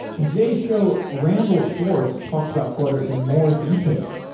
in today's show, randall schwartz talks about flutter in more detail,